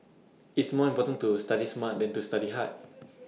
it's more important to study smart than to study hard